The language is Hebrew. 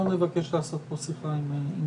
אנחנו נבקש לעשות שיחה עם השר.